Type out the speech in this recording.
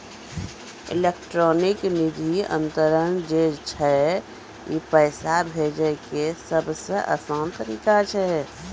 electronic निधि अन्तरन जे छै ई पैसा भेजै के सभ से असान तरिका छै